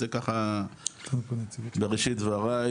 זה ככה בראשית דבריי,